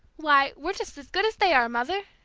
why, we're just as good as they are, mother!